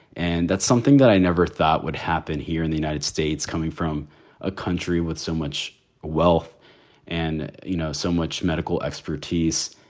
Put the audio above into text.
and that's something that i never thought would happen here in the united states, coming from a country with so much wealth and, you know, so much medical expertise.